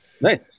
Nice